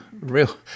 real